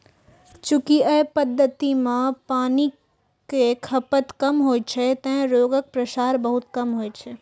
चूंकि अय पद्धति मे पानिक खपत कम होइ छै, तें रोगक प्रसार बहुत कम होइ छै